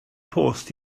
post